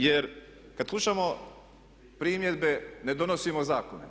Jer kad slušamo primjedbe ne donosimo zakone.